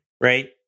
right